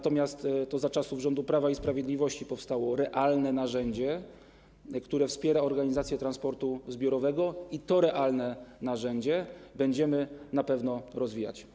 To za czasów rządów Prawa i Sprawiedliwości powstało realne narzędzie, które wspiera organizację transportu zbiorowego, i to realne narzędzie będziemy na pewno rozwijać.